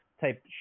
type